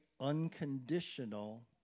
unconditional